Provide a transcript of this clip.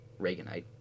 Reaganite